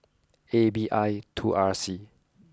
A B I two R C